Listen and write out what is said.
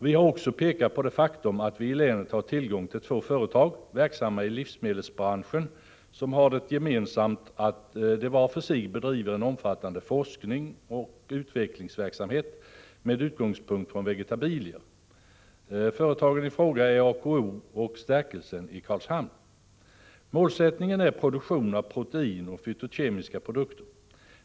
Vi har också pekat på det faktum att vi i länet har tillgång till två företag, verksamma i livsmedelsbranschen, som har det gemensamt att de var för sig bedriver en omfattande forskningsoch utvecklingsverksamhet med utgångspunkt från vegetabilier. Företagen är AKO och Stärkelsen i Karlshamn. Målsättningen är produktion av protein och fytokemiska produkter.